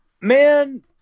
Man